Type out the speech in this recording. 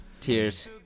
Tears